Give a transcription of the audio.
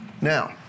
now